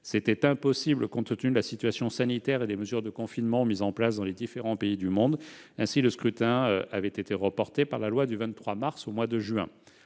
C'était impossible compte tenu de la situation sanitaire et des mesures de confinement mises en place dans les différents pays du monde. Aussi le scrutin avait-il été reporté au mois de juin